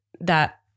that-